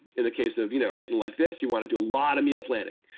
in the case of you know getting like this, you want to do a lot of meal planning,